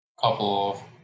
couple